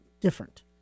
different